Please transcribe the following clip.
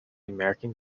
american